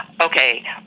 okay